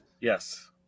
yes